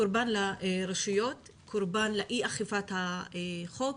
קורבן לרשויות, קורבן לאי אכיפת החוק,